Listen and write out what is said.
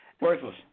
Worthless